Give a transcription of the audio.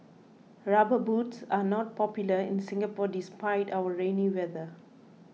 rubber boots are not popular in Singapore despite our rainy weather